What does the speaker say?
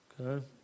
okay